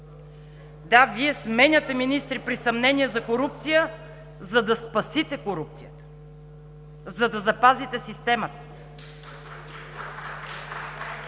Да, Вие сменяте министри при съмнения за корупция, за да спасите корупцията, за да запазите системата.